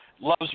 loves